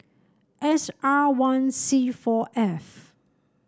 S R one C four F